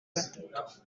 batatu